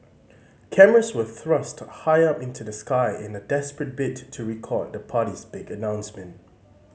cameras were thrust high up into the sky in a desperate bid to record the party's big announcement